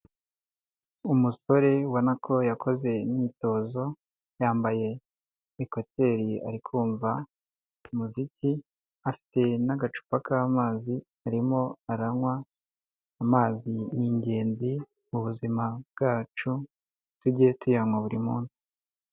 Umusore ubona ko yakoze imyitozo, yambaye ekuteri ari kumva umuziki, afite n'agacupa k'amazi arimo aranywa, amazi ni ingenzi mu buzima bwacu, tujye tuyanywa buri munsi.